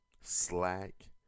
Slack